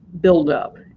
buildup